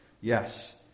Yes